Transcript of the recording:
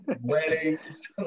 weddings